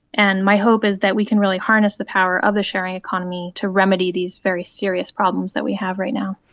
and my hope is that we can really harness the power of the sharing economy to remedy these very serious problems that we have right now.